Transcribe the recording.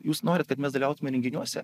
jūs norit klad mes dalyvautume renginiuose